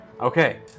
Okay